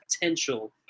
potential